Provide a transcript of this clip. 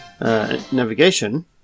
navigation